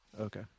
Okay